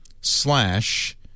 slash